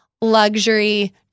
luxury